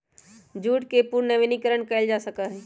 jute के पुनर्नवीनीकरण कइल जा सका हई